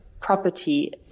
property